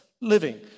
living